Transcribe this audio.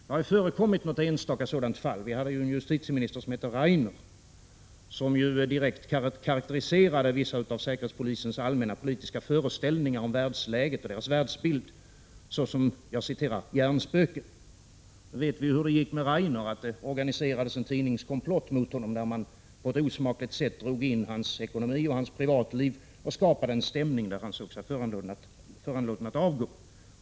Det har förekommit något enstaka sådant fall. Vi hade en justitieminister vid namn Rainer, som direkt karakteriserade vissa av säkerhetspolisens allmänna politiska föreställningar om världsläget och säkerhetspolisens världsbild såsom ”hjärnspöken”. Nu vet vi hur det gick med Rainer. Det organiserades en tidningskomplott mot honom, där man på ett osmakligt sätt drog in hans ekonomi och hans privatliv samt skapade en stämning i vilken han såg sig föranlåten att avgå.